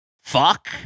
fuck